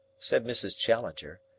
said mrs. challenger,